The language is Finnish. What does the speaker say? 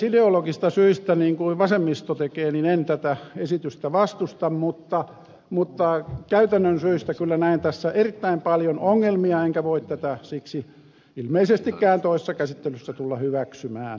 ideologisista syistä niin kuin vasemmisto tekee en tätä esitystä vastusta mutta käytännön syistä kyllä näen tässä erittäin paljon ongelmia enkä voi tätä siksi ilmeisestikään toisessa käsittelyssä tulla hyväksymään tai kannattamaan